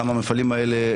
כמה מפעלים האלה,